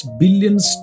billions